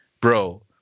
Bro